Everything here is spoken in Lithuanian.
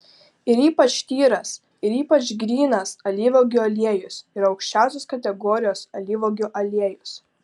ir ypač tyras ir ypač grynas alyvuogių aliejus yra aukščiausios kategorijos alyvuogių aliejus